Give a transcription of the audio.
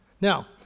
Now